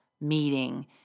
meeting